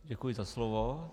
Děkuji za slovo.